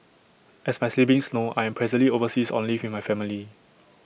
as my siblings know I am presently overseas on leave with my family